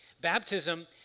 Baptism